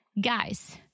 Guys